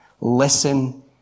Listen